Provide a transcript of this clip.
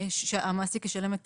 שהמעסיק ישלם את